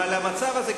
אבל המצב הזה,